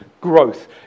growth